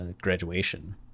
graduation